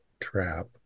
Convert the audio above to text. trap